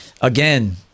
Again